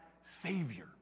savior